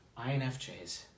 INFJs